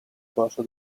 corso